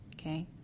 okay